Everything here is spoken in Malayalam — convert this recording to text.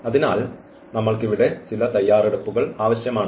അതിനാൽ നമ്മൾക്ക് ഇവിടെ ചില തയ്യാറെടുപ്പുകൾ ആവശ്യമാണ്